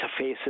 interfaces